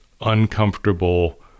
uncomfortable